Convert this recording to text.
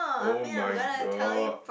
[oh]-my-god